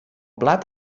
plat